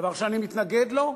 דבר שאני מתנגד לו,